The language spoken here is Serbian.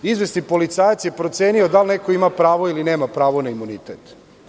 Izvesni policajac je procenio da li neko ima pravo ili nema pravo na imunitet.